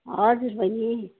हजुर बहिनी